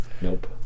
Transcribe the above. Nope